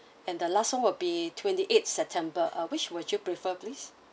and the last one will be twenty eight september uh which would you prefer please